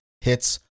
hits